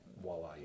Voila